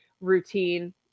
routine